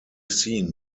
seen